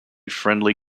friendly